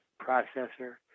processor